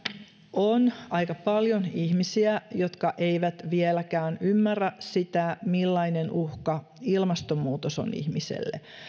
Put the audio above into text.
on aika paljon ihmisiä jotka eivät vieläkään ymmärrä millainen uhka ilmastonmuutos on ihmiselle